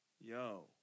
Yo